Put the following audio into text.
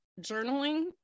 journaling